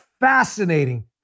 fascinating